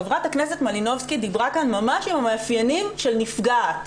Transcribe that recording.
חברת הכנסת מלינובסקי כאן ממש עם מאפיינים של נפגעת.